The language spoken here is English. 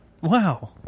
Wow